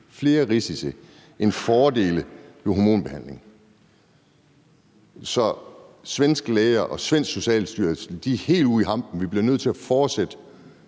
flere risici end fordele ved hormonbehandling. Så svenske læger og den svenske socialstyrelse er helt ude i hampen, så vi bliver nødt til at fortsætte